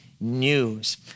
news